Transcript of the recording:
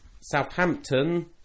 Southampton